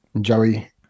Joey